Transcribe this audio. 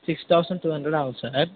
six thousand two hundred ஆகும் sir